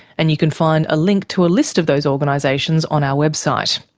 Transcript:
and you can find a link to a list of those organisations on our website.